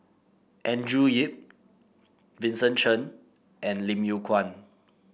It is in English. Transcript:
Andrew Yip Vincent Cheng and Lim Yew Kuan